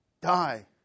die